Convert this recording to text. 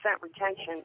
retention